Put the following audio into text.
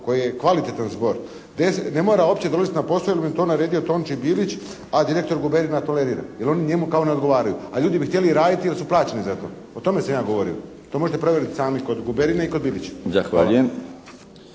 koji je kvalitetan zbor ne mora uopće dolaziti na posao jer mu je to naredio Tonči Dilić, a direktor Guberina tolerira jer oni njemu kao ne odgovaraju, a ljudi bi htjeli raditi jer su plaćeni za to. O tome sam ja govorio. To možete provjeriti sami kod Guberine i kod Dilića.